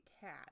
cat